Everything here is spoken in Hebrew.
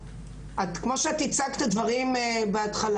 כמו שאת הצגת את הדברים בהתחלה,